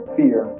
fear